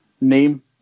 name